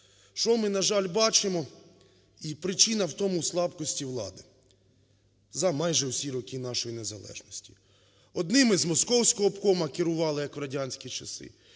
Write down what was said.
Що ми, на жаль, бачимо, і причина в тому слабкості влади за майже всі роки нашої незалежності? Одні із московського обкому керували як в радянські часи,